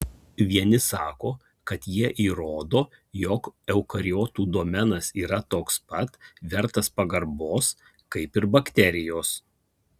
vieni sako kad jie įrodo jog eukariotų domenas yra toks pat vertas pagarbos kaip ir bakterijos